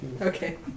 Okay